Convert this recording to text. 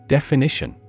Definition